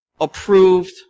approved